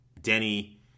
Denny